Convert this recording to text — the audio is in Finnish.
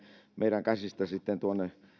meidän käsistä sitten tuonne